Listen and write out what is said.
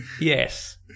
Yes